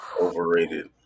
overrated